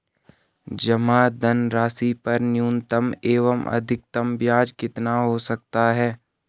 जमा धनराशि पर न्यूनतम एवं अधिकतम ब्याज कितना हो सकता है?